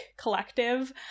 collective